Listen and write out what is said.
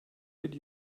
did